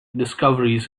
discoveries